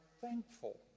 thankful